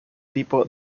tipo